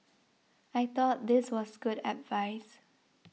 I thought this was good advice